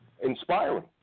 inspiring